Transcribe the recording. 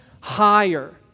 higher